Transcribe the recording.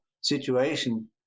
situation